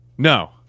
No